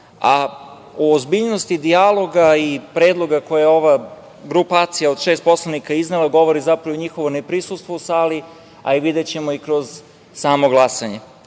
a o ozbiljnosti dijaloga i predloga koje je ova grupacija od šest poslanika iznela govori zapravo o njihovom neprisustvu u sali, a i videćemo kroz samo glasanje. Samo